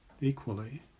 equally